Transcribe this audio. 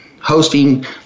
hosting